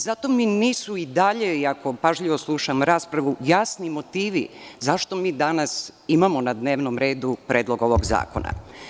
Zato mi nisu i dalje, iako pažljivo slušam raspravu, jasni motivi zašto mi danas imamo na dnevnom redu predlog ovog zakona.